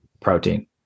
protein